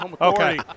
Okay